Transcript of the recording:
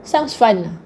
sounds fun